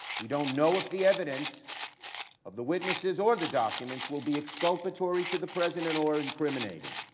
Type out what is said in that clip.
we don't know if the evidence of the witnesses or the documents will be exculpatory to the president or incriminating.